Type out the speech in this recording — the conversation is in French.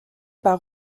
par